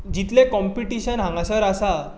जितलें कॉम्पिटिशन हांगासर आसा